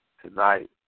tonight